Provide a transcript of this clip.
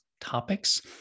topics